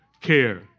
care